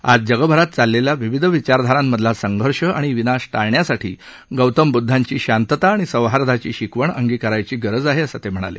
आज जगभरात चाललेला विविध विचारधारांमधला संघर्ष आणि विनाश टाळण्यासाठी गौतम बुद्धांची शांतता आणि सौहार्दाची शिकवण अंगिकारण्याची गरज आहे असं ते म्हणाले